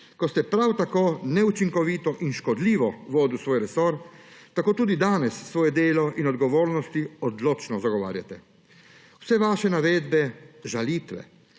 ko ste prav tako neučinkovito in škodljivo vodil svoj resor, tako tudi danes svoje delo in odgovornosti odločno zagovarjate. Vse vaše navedbe, žalitve,